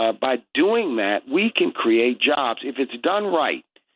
ah by doing that, we can create jobs if it's done right,